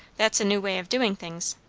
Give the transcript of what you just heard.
that's a new way of doing things.